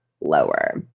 lower